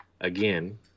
Again